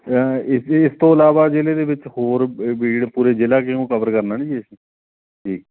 ਇਸ ਲਈ ਇਸ ਤੋਂ ਇਲਾਵਾ ਜ਼ਿਲ੍ਹੇ ਦੇ ਵਿੱਚ ਹੋਰ ਬ ਬੀੜ ਪੂਰੇ ਜ਼ਿਲ੍ਹਾ ਕਿਉਂ ਕਵਰ ਕਰਨਾ ਜੀ ਅਸੀਂ ਜੀ